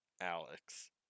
Alex